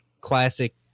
classic